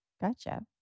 Gotcha